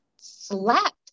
slapped